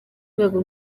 rwego